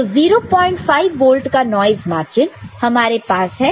तो 05 वोल्ट का noise margin हमारे पास है